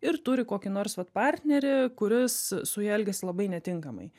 ir turi kokį nors vat partnerį kuris su ja elgiasi labai netinkamai